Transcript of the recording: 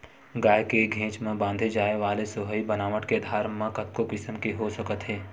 गाय के घेंच म बांधे जाय वाले सोहई बनावट के आधार म कतको किसम के हो सकत हे